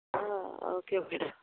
okay okay done